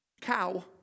cow